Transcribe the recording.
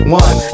one